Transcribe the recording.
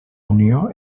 unió